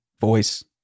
voice